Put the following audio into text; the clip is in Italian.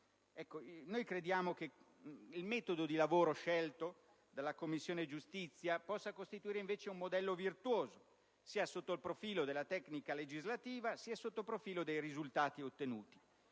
Crediamo che il metodo di lavoro scelto dalla Commissione giustizia possa costituire invece un modello virtuoso, sia sotto il profilo della tecnica legislativa che dei risultati ottenuti.